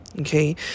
Okay